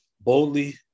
boldly